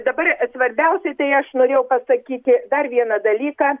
dabar svarbiausiai tai aš norėjau pasakyti dar vieną dalyką